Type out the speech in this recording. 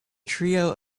trio